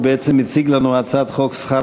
הוא בעצם הציג לפנינו את הצעת חוק שכר